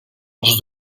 els